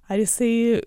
ar jisai